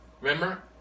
remember